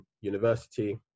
university